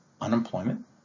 unemployment